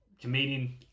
comedian